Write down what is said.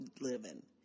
living